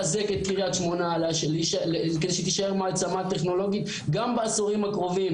לחזק את קריית שמונה שהיא תישאר מעצמה טכנולוגית גם בעשורים הקרובים,